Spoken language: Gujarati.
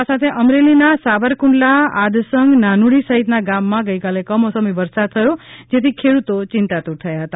આ સાથે અમરેલીના સાવરકુંડલા આદસંગ નાનુડી સહિતના ગામમાં ગઇકાલે કમોસમી વરસાદ થયો જેથી ખેડૂતો યિંતાતુર થયા છે